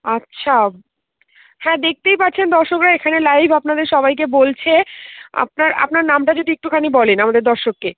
আচ্ছা হ্যাঁ দেখতেই পাচ্ছেন দর্শকরা এখানে লাইভ আপনাদের সবাইকে বলছে আপনার আপনার নামটা যদি একটুখানি বলেন আমাদের দর্শককে